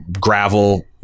gravel